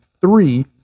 three